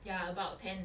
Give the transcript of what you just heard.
ya about ten